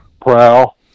prowl